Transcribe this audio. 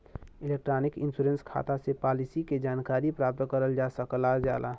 electronic insurance खाता से policy के जानकारी प्राप्त करल जा सकल जाला